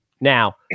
Now